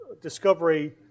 discovery